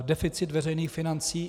Deficit veřejných financí.